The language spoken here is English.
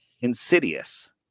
insidious